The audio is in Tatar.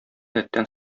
рәттән